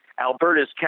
Alberta's